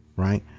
right?